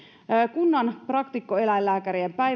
kunnan praktikkoeläinlääkärien